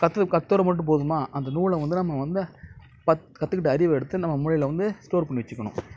கற்று கற்றுற மட்டும் போதுமா அந்த நூலை வந்து நம்ம வந்து கத் கற்றுக்கிட்ட அறிவை எடுத்து நம்ம மூளையில் வந்து ஸ்டோர் பண்ணி வெச்சுக்கணும்